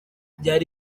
byari